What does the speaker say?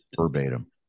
verbatim